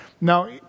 Now